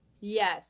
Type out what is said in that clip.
yes